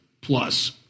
plus